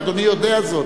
ואדוני יודע זאת.